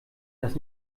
das